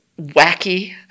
wacky